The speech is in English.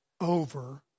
over